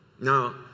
Now